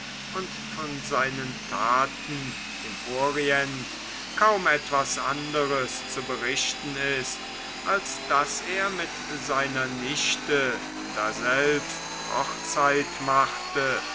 und von seinen taten im orient kaum etwas anderes zu berichten ist als daß er mit seiner nichte daselbst hochzeit machte